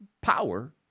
power